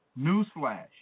newsflash